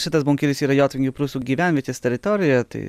šitas bunkeris yra jotvingių prūsų gyvenvietės teritorijoje tai